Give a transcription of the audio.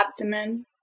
abdomen